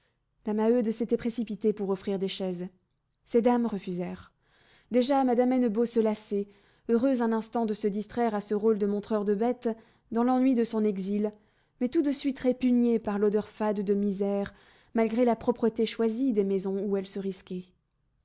la maheude s'était précipitée pour offrir des chaises ces dames refusèrent déjà madame hennebeau se lassait heureuse un instant de se distraire à ce rôle de montreur de bêtes dans l'ennui de son exil mais tout de suite répugnée par l'odeur fade de misère malgré la propreté choisie des maisons où elle se risquait